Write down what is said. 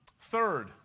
Third